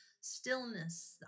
stillness